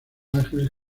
ángeles